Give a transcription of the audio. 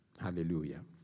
Hallelujah